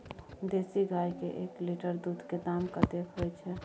देसी गाय के एक लीटर दूध के दाम कतेक होय छै?